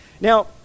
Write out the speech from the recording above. Now